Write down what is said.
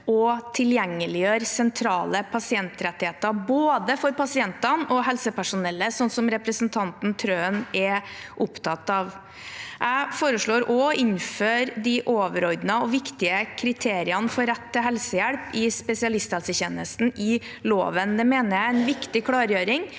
og tilgjengeliggjør sentrale pasientrettigheter, både for pasientene og for helsepersonellet, slik som representanten Trøen er opptatt av. Jeg foreslår også å innføre de overordnede og viktige kriteriene for rett til helsehjelp i spesialisthelsetjenesten i loven. Det mener jeg er en viktig klargjøring